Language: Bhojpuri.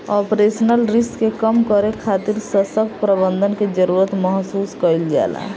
ऑपरेशनल रिस्क के कम करे खातिर ससक्त प्रबंधन के जरुरत महसूस कईल जाला